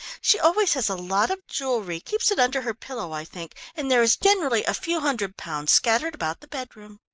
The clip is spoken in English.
she always has a lot of jewellery keeps it under her pillow i think, and there is generally a few hundred pounds scattered about the bedroom.